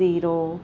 zero